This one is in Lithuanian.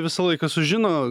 visą laiką sužino